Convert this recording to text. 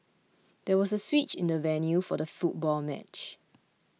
there was a switch in the venue for the football match